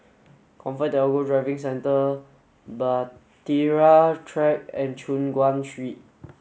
ComfortDelGro Driving Centre Bahtera Track and Choon Guan Street